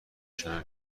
شنا